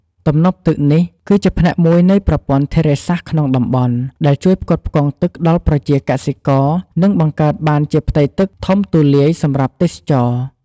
ទំនប់ទឹកនេះ គឺជាផ្នែកមួយនៃប្រព័ន្ធធារាសាស្ត្រក្នុងតំបន់ ដែលជួយផ្គត់ផ្គង់ទឹកដល់ប្រជាកសិករ និងបង្កើតបានជាផ្ទៃទឹកធំទូលាយសម្រាប់ទេសចរណ៍។